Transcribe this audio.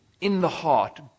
in-the-heart